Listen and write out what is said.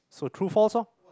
so true false ah